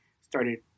started